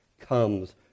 comes